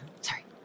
sorry